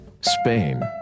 Spain